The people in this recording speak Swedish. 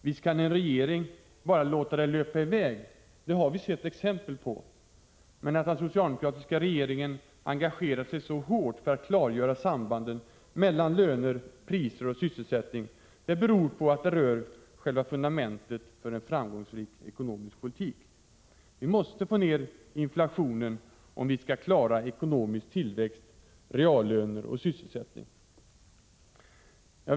Visst kan en regering bara låta det hela löpa i väg — det har vi sett exempel på — men att den socialdemokratiska regeringen engagerat sig så hårt för att klargöra sambanden mellan löner, priser och sysselsättning beror på att de berör själva fundamentet för en framgångsrik ekonomisk politik. Vi måste få ner inflationen om vi skall klara ekonomisk tillväxt, reallöner och sysselsättning.